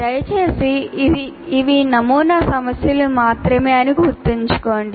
దయచేసి ఇవి నమూనా సమస్యలు మాత్రమే అని గుర్తుంచుకోండి